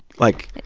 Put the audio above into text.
like,